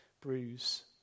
bruise